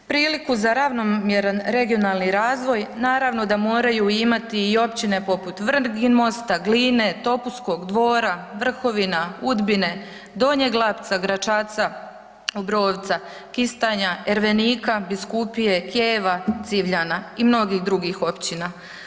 Priliku za ravnomjeran regionalni razvoj, naravno da moraju imati i općine poput Vrginmosta, Gline, Topuskog, Dvora, Vrhovina, Udbine, Donjeg Lapca, Gračaca, Obrovca, Kistanja, Ervenika, Biskupije, Kijevo, Civljana i mnogih dr. općina.